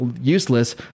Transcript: useless